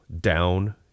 down